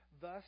thus